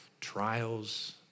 Trials